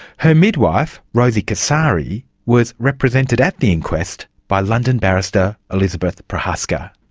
her midwife, rosie kacari, was represented at the inquest by london barrister elizabeth prochaska.